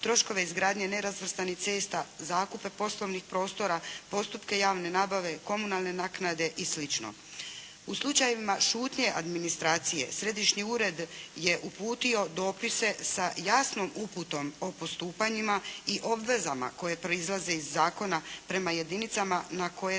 troškove izgradnje nerazvrstanih cesta, zakupe poslovnih prostora, postupke javne nabave, komunalne naknade i slično. U slučajevima šutnje administracije Središnji ured je uputio dopise sa jasnom uputom o postupanjima i obvezama koje proizlaze iz zakona prema jedinicama na koje